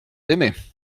aimés